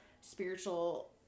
spiritual